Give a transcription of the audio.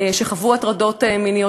שחוו הטרדות מיניות,